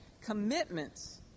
commitments